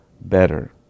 better